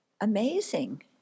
amazing